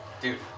Dude